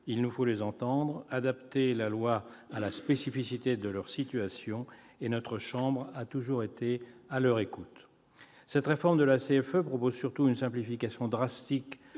Il nous faut les entendre, adapter la loi à la spécificité de leur situation, et notre chambre a toujours été à leur écoute. Cette réforme de la CFE prévoit surtout une simplification drastique